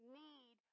need